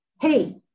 hey